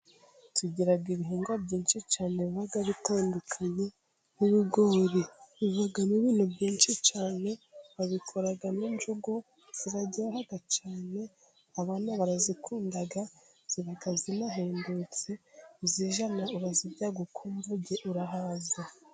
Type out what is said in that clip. Tugira ibihingwa byinshi cyane biba bitandukanye, nk'ibigori. Bivamo ibintu, byinshi cyane, babikoramo injugu, ziraryoha cyane, abana barazikunda, ziba zinahendutse, iz'ijana urazirya ukumva urahaze.